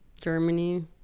Germany